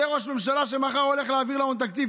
זה ראש ממשלה שמחר הולך להעביר לנו תקציב.